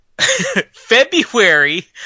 February